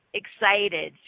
excited